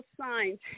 signs